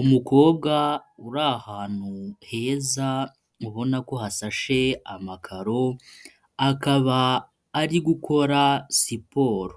Umukobwa uri ahantu heza mubona ko hashashe amakaro, akaba ari gukora siporo